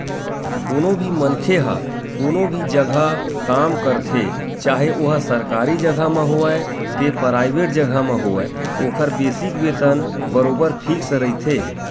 कोनो भी मनखे ह कोनो भी जघा काम करथे चाहे ओहा सरकारी जघा म होवय ते पराइवेंट जघा म होवय ओखर बेसिक वेतन बरोबर फिक्स रहिथे